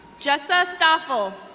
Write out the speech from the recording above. jessa stoffel.